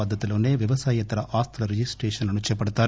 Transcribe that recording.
పద్గతిలోసే వ్యవసాయేతర ఆస్తుల రిజిస్టేషన్లను చేపడతారు